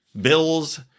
bills